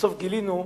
בסוף גילינו,